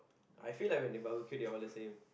I feel like when they Barbecue they are all the same